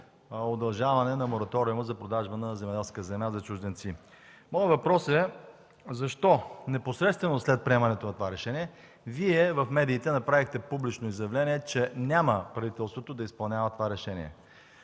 на Мораториума за продажба на земеделска земя за чужденци. Моят въпрос е: защо непосредствено след приемането на това решение Вие направихте публично изявление в медиите, че правителството няма да изпълнява това решение?